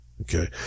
Okay